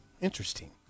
Interesting